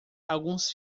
alguns